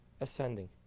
ascending